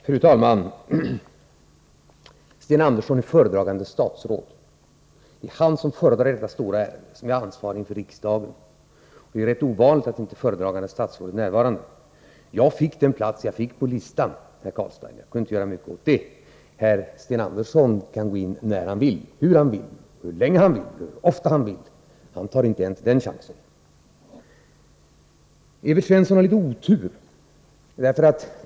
Fru talman! Sten Andersson är föredragande statsråd. Det är han som föredrar detta stora ärende och är ansvarig inför riksdagen. Det är rätt ovanligt att inte det föredragande statsrådet är närvarande. Jag fick den plats jag fick på talarlistan, herr Carlstein — jag kunde inte göra mycket åt det. Herr Sten Andersson kan däremot gå in när han vill, hur han vill, hur länge han vill, hur ofta han vill — men han tar inte den chansen. Evert Svensson har litet otur.